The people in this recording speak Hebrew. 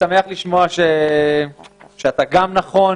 משמח לשמוע שאתה נכון